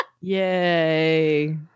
Yay